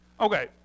Okay